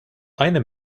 eine